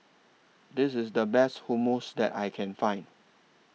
This IS The Best Hummus that I Can Find